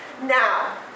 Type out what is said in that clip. Now